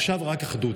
עכשיו, רק אחדות.